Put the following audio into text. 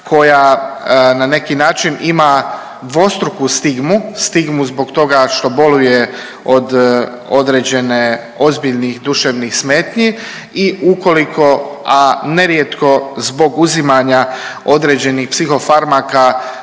koja ne neki način ima dvostruku stigmu, stigmu zbog toga što boluje od određene ozbiljnih duševnih smetnji i ukoliko, a nerijetko zbog uzimanja određenih psihofarmaka